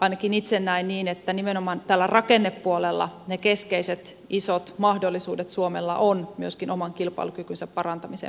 ainakin itse näen niin että ne keskeiset isot mahdollisuudet suomella myöskin oman kilpailukykynsä parantamiseen ovat nimenomaan tällä rakennepuolella